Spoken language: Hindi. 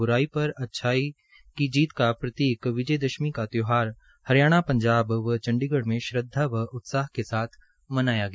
ब्राई पर अच्छाई पर जीत का प्रतीक विजय दशमी का त्यौहार हरियाणा पंजाब व चंडीगढ़ में श्रद्वा व उत्साह के साथ मनाया गया